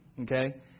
okay